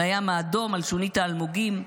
על הים האדום, על שוניות האלמוגים.